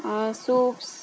सुप्स